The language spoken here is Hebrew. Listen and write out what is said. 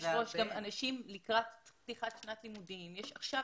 גם אנשים לקראת פתיחת שנת לימודים ועכשיו